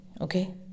okay